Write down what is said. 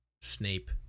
Snape